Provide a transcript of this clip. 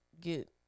get